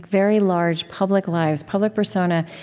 very large public lives, public persona,